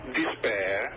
despair